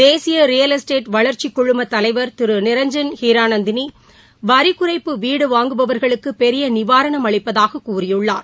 தேசிய real estate வளர்ச்சி குழும தலைவர் திரு நிரஞ்சன் ஹீராநந்தினி வரிகுறைப்பு வீடு வாங்குபவர்களுக்கு பெரிய நிவாரணம் அளிப்பதாக கூறியுள்ளார்